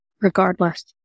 regardless